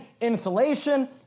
insulation